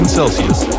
Celsius